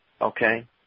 Okay